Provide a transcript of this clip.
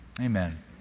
Amen